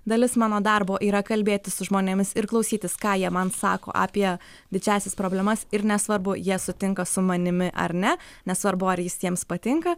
dalis mano darbo yra kalbėtis su žmonėmis ir klausytis ką jie man sako apie didžiąsias problemas ir nesvarbu jie sutinka su manimi ar ne nesvarbu ar jis jiems patinka